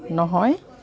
নহয়